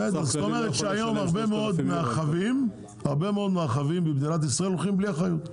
זה אומר שהיום הרבה מאוד רכבים במדינת ישראל נוסעים בלי אחריות,